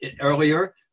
earlier